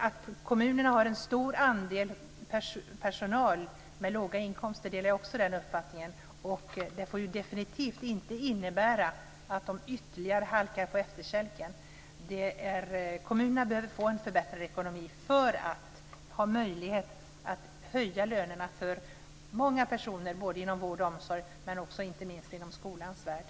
Att kommunerna har en stor andel anställda med låga inkomster är riktigt. Men det får definitivt inte innebära att de ytterligare halkar på efterkälken. Kommunerna behöver att få en bättre ekonomi för att kunna höja lönerna för många anställda inom vård och omsorg och inte minst inom skolans värld.